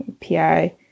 PI